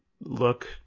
look